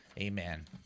amen